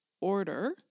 order